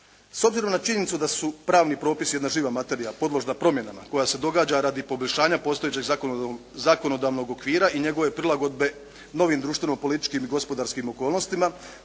S obzirom na činjenicu da su pravni propisi jedna živa materija podložna promjenama koja se događa radi poboljšanja postojećeg zakonodavnog okvira i njegove prilagodbe novim društveno-političkim i gospodarskim okolnostima,